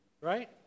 right